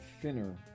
thinner